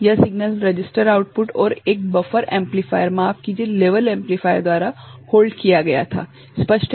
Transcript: यह signal registered output और इस बफर एम्पलीफायर माफ कीजिए लेवल एम्पलीफायर द्वारा होल्ड किया गया था स्पष्ट है